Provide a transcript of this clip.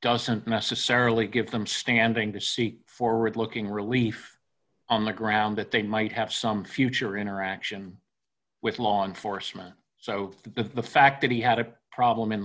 doesn't necessarily give them standing to seek forward looking relief on the ground that they might have some future interaction with law enforcement so the fact that he had a problem in the